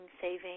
saving